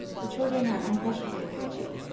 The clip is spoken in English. the children are unquestionably apache.